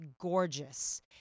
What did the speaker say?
gorgeous